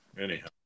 anyhow